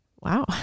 wow